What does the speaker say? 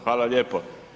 Hvala lijepo.